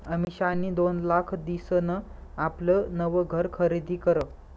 अमिषानी दोन लाख दिसन आपलं नवं घर खरीदी करं